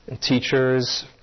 teachers